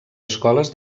escoles